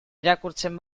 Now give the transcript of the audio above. irakurtzen